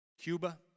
Cuba